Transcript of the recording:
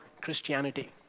Christianity